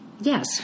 Yes